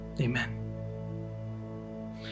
Amen